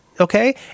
Okay